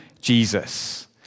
Jesus